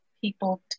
people